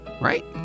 Right